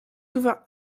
souvent